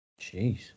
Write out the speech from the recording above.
Jeez